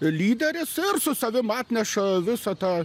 lyderis ir su savim atneša visą tą